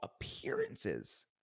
appearances